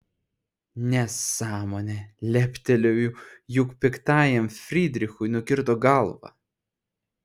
nesąmonė leptelėjau juk piktajam frydrichui nukirto galvą